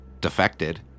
defected